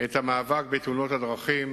את המאבק בתאונות הדרכים,